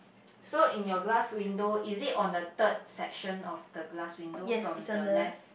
so in your glass window is it on the third section of the glass window from the left